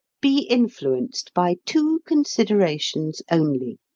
be influenced by two considerations only.